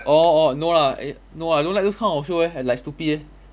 orh orh no lah err no I don't like those kind of show eh like stupid eh